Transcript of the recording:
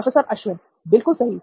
professor Ashwin बिल्कुल सही